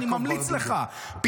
אני ממליץ לך.